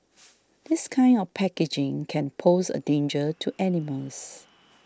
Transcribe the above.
this kind of packaging can pose a danger to animals